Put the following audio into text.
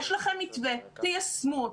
יש לכם מתווה, תיישמו אותו.